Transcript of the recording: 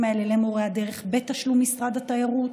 האלה למורי הדרך בתשלום של משרד התיירות.